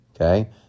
Okay